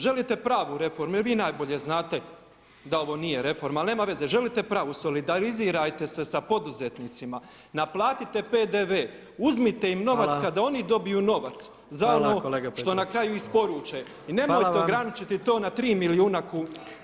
Želite pravu reformu i vi najbolje znate da ovo nije reforma, ali nema veze, želite pravu, solidarizirajte se sa poduzetnicima, naplatite PDV, uzmite im novac kada oni dobiju novac za ono što na kraju isporuče i nemojte ograničiti na 3 milijuna kuna